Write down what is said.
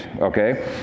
okay